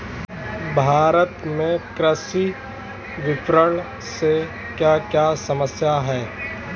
भारत में कृषि विपणन से क्या क्या समस्या हैं?